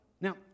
Now